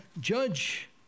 judge